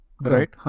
Right